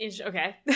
Okay